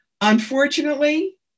unfortunately